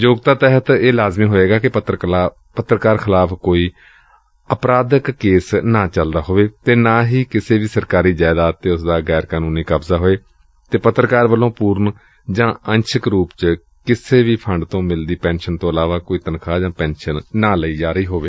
ਯੋਗਤਾ ਤਹਿਤ ਇਹ ਲਾਜ਼ਮੀ ਹੋਵੇਗਾ ਕਿ ਪੱਤਰਕਾਰ ਖਿਲਾਫ ਕੋਈ ਅਪਰਾਧਿਕ ਕੇਸ ਨਾ ਚਲਦਾ ਹੋਵੇ ਅਤੇ ਨਾ ਹੀ ਕਿਸੇ ਵੀ ਸਰਕਾਰੀ ਜਾਇਦਾਦ ਤੇ ਉਸ ਦਾ ਗੈਰ ਕਾਨੂੰਨੀ ਕਬਜ਼ਾ ਹੋਵੇ ਅਤੇ ਪੱਤਰਕਾਰ ਵੱਲੋਂ ਪੂਰਨ ਜਾਂ ਅੰਸ਼ ਰੁਪ ਵਾਲੇ ਕਿਸੇ ਫੰਡ ਤੋਂ ਮਿਲਦੀ ਪੈਨਸ਼ਨ ਤੋਂ ਇਲਾਵਾ ਹੋਰ ਕੋਈ ਤਨਖਾਹ ਜਾਂ ਪੈਨਸ਼ਨ ਨਾ ਲਈ ਜਾ ਰਹੀ ਹੋਵੇ